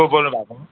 को बोल्नु भएको